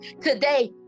Today